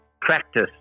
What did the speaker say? practice